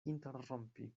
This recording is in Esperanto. interrompi